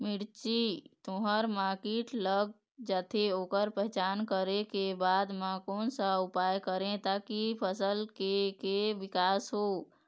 मिर्ची, तुंहर मा कीट लग जाथे ओकर पहचान करें के बाद मा कोन सा उपाय करें ताकि फसल के के विकास हो?